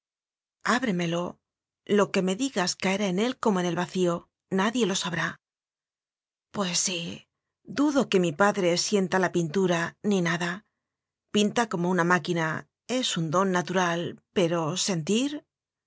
ábremelo lo que me digas caerá en él como en el vacío nadie lo sabrá pues sí dudo que mi padre sienta la pin tura ni nada pinta como una máquina es un don natural pero sentir